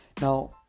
Now